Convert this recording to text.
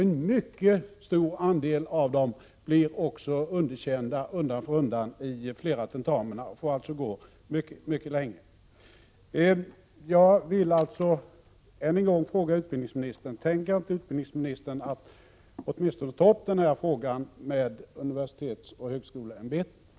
En stor andel av dem blir också underkända i flera tentamina och får gå kvar i utbildningen mycket länge. Jag frågar än en gång: Tänker inte utbildningsministern åtminstone ta upp den här frågan med universitetsoch högskoleämbetet?